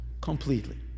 Completely